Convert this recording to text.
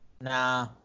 Nah